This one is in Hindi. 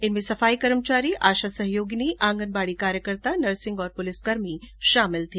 इनमें सफाई कर्मचारी आशा सहयोगिनी आंगनबाड़ी कार्यकर्ता नर्सिंग और पुलिसकर्मी शामिल थे